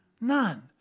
None